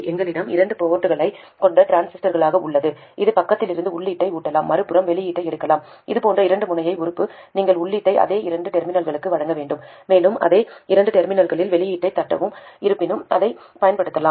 எங்களிடம் இரண்டு போர்ட்களைக் கொண்ட டிரான்சிஸ்டர்கள் உள்ளன ஒரு பக்கத்திலிருந்து உள்ளீட்டை ஊட்டலாம் மறுபுறம் வெளியீட்டை எடுக்கலாம் இது போன்ற இரண்டு முனைய உறுப்பு நீங்கள் உள்ளீட்டை அதே இரண்டு டெர்மினல்களுக்கு வழங்க வேண்டும் மேலும் அதே இரண்டு டெர்மினல்களில் வெளியீட்டைத் தட்டவும் இருப்பினும் அதைப் பயன்படுத்தலாம்